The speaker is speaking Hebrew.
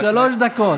ואל תטעו נטיעות בנגב,